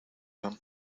him